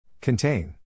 Contain